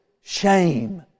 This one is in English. shame